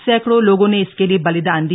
सैकड़ों लोगों ने इसके लिये बलिदान दिया